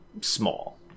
small